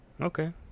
Okay